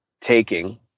taking